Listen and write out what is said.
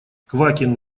квакин